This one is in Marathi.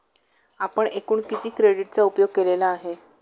आपण एकूण किती क्रेडिटचा उपयोग केलेला आहे?